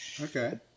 Okay